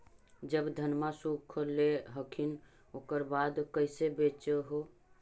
जब धनमा सुख ले हखिन उकर बाद कैसे बेच हो?